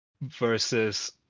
versus